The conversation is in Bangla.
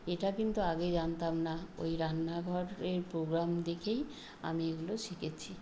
এটা কিন্তু আগে জানতাম না ওই রান্নাঘর এর প্রোগ্রাম দেখেই আমি এগুলো শিখেছি